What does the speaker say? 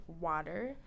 water